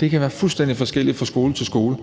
det kan være fuldstændig forskelligt fra skole til skole,